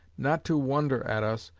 not to wonder at us,